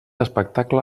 espectacle